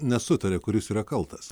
nesutaria kuris yra kaltas